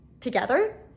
together